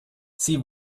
sie